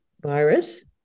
virus